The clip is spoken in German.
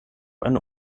eine